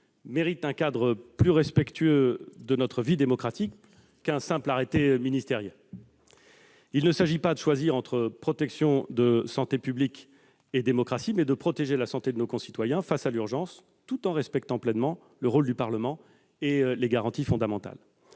méritaient un cadre plus respectueux de notre vie démocratique qu'un simple arrêté ministériel. Il s'agit non pas de choisir entre protection de la santé publique et démocratie, mais de protéger la santé de nos concitoyens, face à l'urgence, tout en respectant pleinement le rôle du Parlement et les garanties fondamentales.